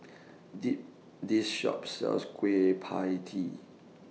They This Shop sells Kueh PIE Tee